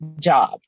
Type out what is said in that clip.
job